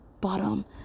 bottom